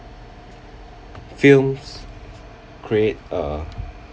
films create a